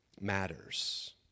matters